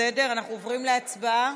אנחנו עוברים להצבעה.